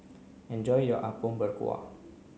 enjoy your Apom Berkuah